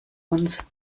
uns